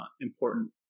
important